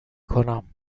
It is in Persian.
کنم